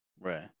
Right